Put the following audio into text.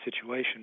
situation